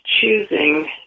choosing